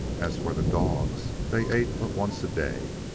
as for the dogs, they ate but once a day,